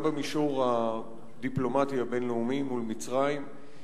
גם במישור הדיפלומטי הבין-לאומי מול מצרים,